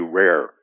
rare